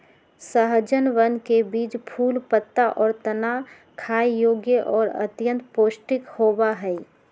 सहजनवन के बीज, फूल, पत्ता, और तना खाय योग्य और अत्यंत पौष्टिक होबा हई